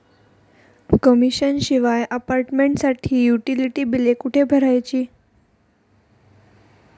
Commission शिवाय अपार्टमेंटसाठी utility बिले कुठे भरायची?